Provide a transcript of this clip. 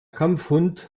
kampfhund